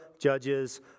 Judges